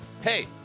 Hey